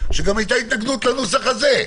שגם הייתה התנגדות לנוסח הזה,